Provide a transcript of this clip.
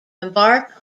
embark